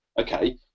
okay